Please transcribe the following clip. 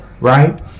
Right